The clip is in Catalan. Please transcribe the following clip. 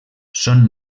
són